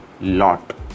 lot